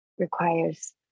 Requires